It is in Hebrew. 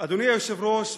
אדוני היושב-ראש,